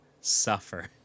Suffer